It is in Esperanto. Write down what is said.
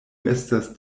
estas